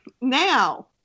now